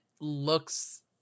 looks